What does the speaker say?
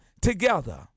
together